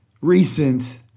recent